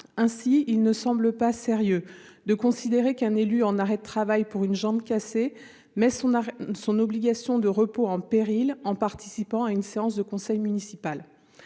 Ainsi, il ne semble pas sérieux de considérer qu'un élu en arrêt de travail pour une jambe cassée mette son obligation de repos en péril en participant à une séance du conseil municipal